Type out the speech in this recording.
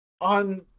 on